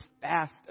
fast